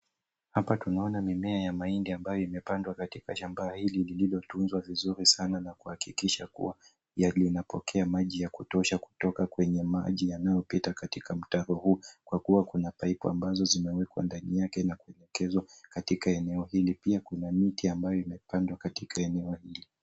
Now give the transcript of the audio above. Hapa tunaona mimea ya mahindi ambayo imepandwa katika shamba hili lililotunzwa vizuri sana na kuhakikisha kuwa linapokea maji ya kutosha kutoka kwenye maji yanayopita katika mtaro huu kwa kuwa kuna pipe ambazo zimewekwa ndani yake na kuelekezwa katika eneo hili. Pia kuna miti imepandwa katika eneo hili.